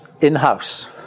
in-house